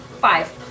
five